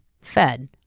Fed